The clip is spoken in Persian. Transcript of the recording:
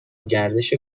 گردش